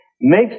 makes